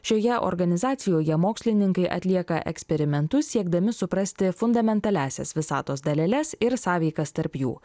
šioje organizacijoje mokslininkai atlieka eksperimentus siekdami suprasti fundamentaliąsias visatos daleles ir sąveikas tarp jų